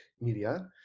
Media